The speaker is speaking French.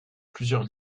plusieurs